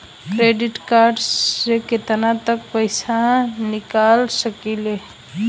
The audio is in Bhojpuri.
क्रेडिट कार्ड से केतना तक पइसा निकाल सकिले?